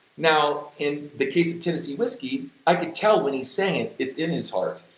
now in the case of tennessee whiskey, i could tell when he sang it it's in his heart,